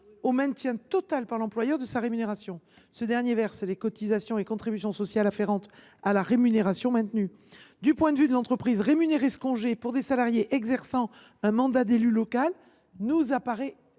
au maintien total par l’employeur de sa rémunération. Ce dernier verse les cotisations et contributions sociales afférentes à la rémunération maintenue. Le fait que l’entreprise rémunère ce congé pour des salariés exerçant un mandat d’élu local nous paraît